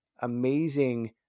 amazing